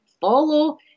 follow